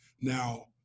Now